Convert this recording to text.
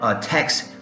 text